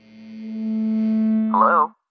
Hello